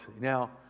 Now